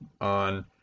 on